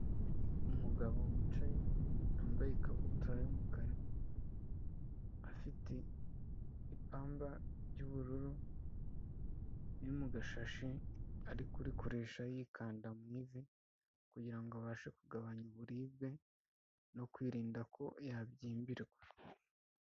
Umugabo wicaye yambaye ikabutura y'umukara afite ipamba ry'ubururu mu gashashi ari kurikoresha yikanda mu ivi kugirango abashe kugabanya uburibwe no kwirinda ko yabyimbirwa.